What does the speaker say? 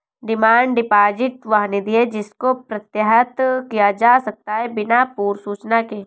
demand deposit वह निधि है जिसको प्रत्याहृत किया जा सकता है बिना पूर्व सूचना के